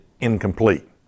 incomplete